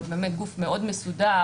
גוף מאוד מסודר,